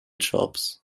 jobs